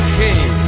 king